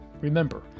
Remember